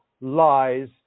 lies